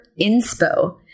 inspo